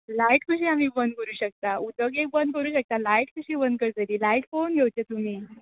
light कशी आमी बंद करूं शकता उदक एक बंद करूं शकता लायट कशी बंद करतली लायट पळोवन घेवचें तुमी